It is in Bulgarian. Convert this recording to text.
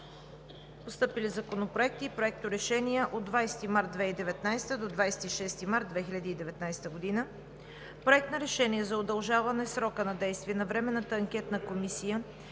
Постъпили законопроекти и проекторешения от 20 март 2019 г. до 26 март 2019 г.: Проект на решение за удължаване срока на действие на Временната анкетна комисия